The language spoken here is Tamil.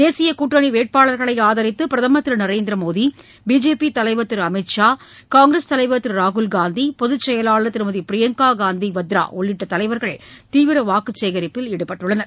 தேசிய கூட்டணி வேட்பாள்களை ஆதித்து பிரதம் திரு நரேந்திரமோடி பிஜேபி தலைவா் திரு அமித்ஷா காங்கிரஸ் தலைவா திரு ராகுல்காந்தி பொதுச்செயவாளா் திருமதி பிரியங்கா காந்தி வத்ரா உள்ளிட்ட தலைவர்கள் தீவிர வாக்கு சேகரிப்பில் ஈடுபட்டுள்ளனர்